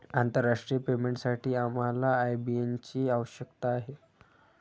आंतरराष्ट्रीय पेमेंटसाठी आम्हाला आय.बी.एन ची आवश्यकता आहे